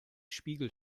spiegel